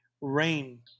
rain